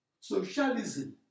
socialism